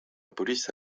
police